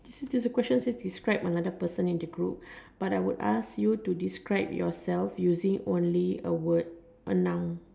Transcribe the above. listen to the question say describe another person in the group but I would ask you to describe yourself using only a word a noun